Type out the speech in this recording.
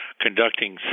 conducting